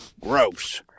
Gross